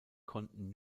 konnten